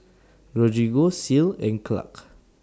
Rodrigo Ceil and Clark